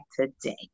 today